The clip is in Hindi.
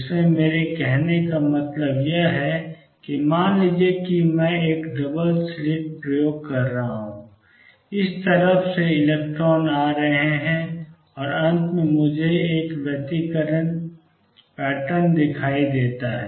इसमें मेरे कहने का मतलब यह है कि मान लीजिए कि मैं एक डबल स्लिट प्रयोग कर रहा हूं इस तरफ से इलेक्ट्रॉन आ रहे हैं और अंत में मुझे एक व्यतिकरण पैटर्न दिखाई देता है